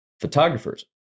Photographers